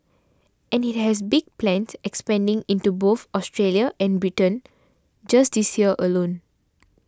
and it has big plans expanding into both Australia and Britain just this year alone